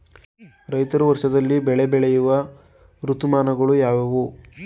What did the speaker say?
ರೈತರು ವರ್ಷದಲ್ಲಿ ಬೆಳೆ ಬೆಳೆಯುವ ಋತುಮಾನಗಳು ಯಾವುವು?